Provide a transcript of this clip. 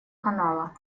канала